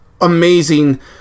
amazing